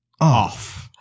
Off